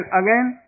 again